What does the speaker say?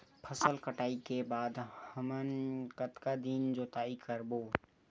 फसल कटाई के बाद हमन कतका दिन जोताई करबो?